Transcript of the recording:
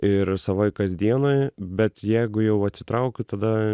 ir savoj kasdienoj bet jeigu jau atitraukiu tada